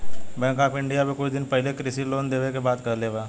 bank of India भी कुछ दिन पाहिले कृषि लोन देवे के बात कहले बा